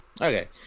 okay